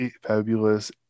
fabulous